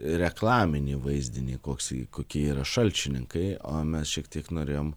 reklaminį vaizdinį koksai kokie yra šalčininkai o mes šiek tiek norėjom